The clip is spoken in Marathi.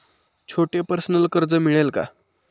छोटे पर्सनल कर्ज मिळेल का?